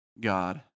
God